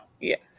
Yes